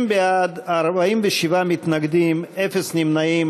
60 בעד, 47 מתנגדים, אפס נמנעים.